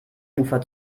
ufer